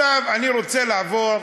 מה רע בדיסק-און-קי?